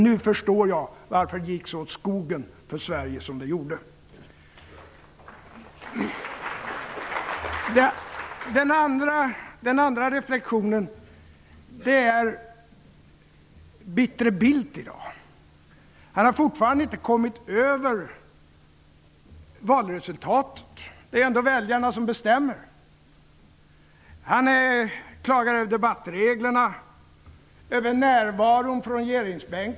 Nu förstår jag varför det gick så åt skogen för Sverige som det gjorde. Den andra reflexionen gäller bittre Bildt i dag. Han har fortfarande inte kommit över valresultatet. Men det är ändå väljarna som bestämmer. Han klagar över debattreglerna och över närvaron i regeringsbänken.